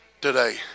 today